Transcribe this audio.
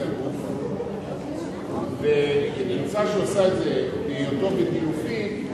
הגוף ונמצא שהוא עשה את זה בהיותו בגילופין,